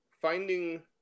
finding